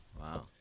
Wow